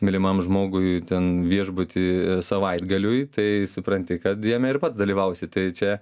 mylimam žmogui ten viešbutį savaitgaliui tai supranti kad jame ir pats dalyvausi tai čia